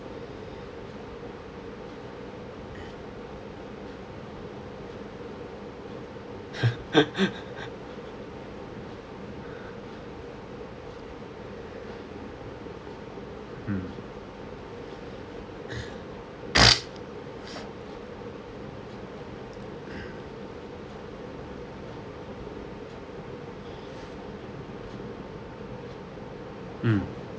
hmm hmm